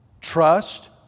Trust